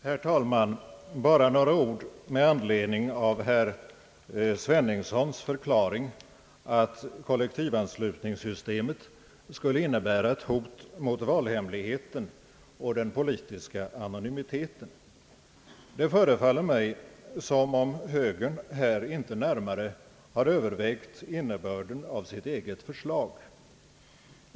Herr talman! Bara några ord med anledning av herr Sveningssons förslag, enligt vilket = kollektivavtalssystemet skulle innebära ett hot mot valhemligheten och mot den politiska anonymiteten. Det förefaller mig som om högern inte närmare övervägt innebörden av sitt eget förslag.